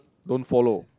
don't follow